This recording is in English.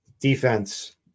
defense